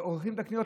עורכים את הקניות.